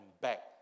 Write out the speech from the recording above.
back